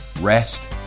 rest